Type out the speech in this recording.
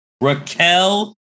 Raquel